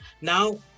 Now